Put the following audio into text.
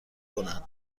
کند